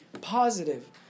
positive